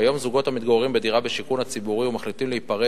כיום זוגות המתגוררים בדירה בשיכון הציבורי ומחליטים להיפרד